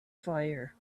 fire